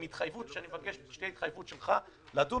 עם התחייבות שאני מבקש שתהיה התחייבות שלך לדון